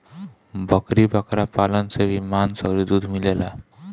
बकरी बकरा पालन से भी मांस अउरी दूध मिलेला